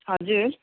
हजुर